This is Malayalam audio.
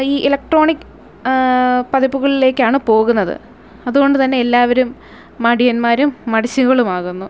ഈ ഇലക്ട്രോണിക് പതിപ്പുകളിലേക്കാണ് പോകുന്നത് അതുകൊണ്ടുതന്നെ എല്ലാവരും മടിയന്മാരും മടിച്ചികളുമാകുന്നു